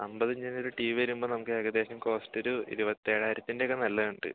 അമ്പതിഞ്ചിൻ്റെ ഒരു T V വരുമ്പോൾ നമുക്ക് ഏകദേശം കോസ്റ്റ് ഒരു ഇരുപത്തേഴായിരത്തിൻ്റെയൊക്കെ നല്ലതുണ്ട്